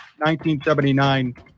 1979